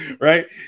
right